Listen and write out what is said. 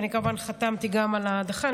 כמובן, חתמתי על ההדחה.